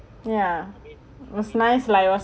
ya was nice lah it was